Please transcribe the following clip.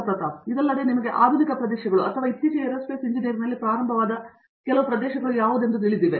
ಪ್ರತಾಪ್ ಹರಿಡೋಸ್ ಇದಲ್ಲದೆ ನಿಮಗೆ ಆಧುನಿಕ ಪ್ರದೇಶಗಳು ಅಥವಾ ಇತ್ತೀಚೆಗೆ ಏರೋಸ್ಪೇಸ್ ಇಂಜಿನಿಯರಿಂಗ್ನಲ್ಲಿ ಪ್ರಾರಂಭವಾದ ಕೆಲವು ಪ್ರದೇಶಗಳು ಯಾವುದೆಂದು ತಿಳಿದಿವೆ